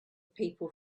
people